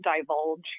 divulge